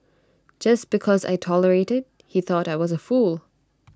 just because I tolerated he thought I was A fool